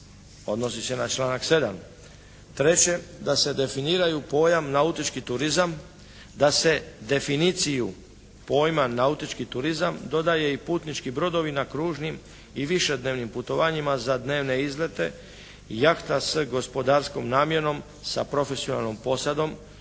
odnosi se na članak 7. Treće. Da se definiraju pojam nautički turizam, da se definiciju pojma nautički turizam dodaje i putnički brodovi na kružnim i višednevnim putovanjima za dnevne izlete jahta s gospodarskom namjenom sa profesionalnom posadom,